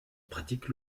pratique